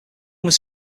was